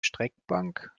streckbank